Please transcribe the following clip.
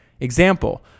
Example